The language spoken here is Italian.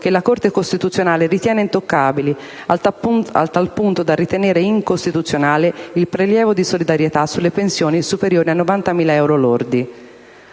che la Corte costituzionale ritiene intoccabili, a tal punto da ritenere incostituzionale il prelievo di solidarietà sulle pensioni superiori ai 90.000 euro lordi.